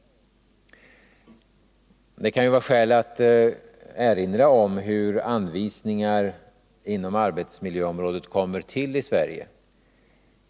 Det kan vara skäl att erinra om hur anvisningar inom arbetsmiljöområdet kommer till i Sverige.